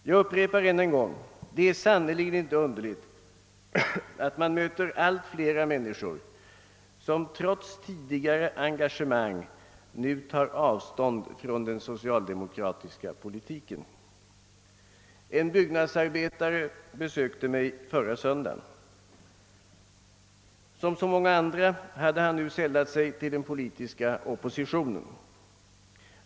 Jag upprepar att det sannerligen inte är underligt att man möter allt flera människor som trots tidigare engagemang nu tar avstånd från den socialdemokratiska politiken. En byggnadsarbetare sökte upp mig förra söndagen. Som så många andra hade han nu sällat sig till den politiska oppositionen.